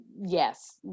Yes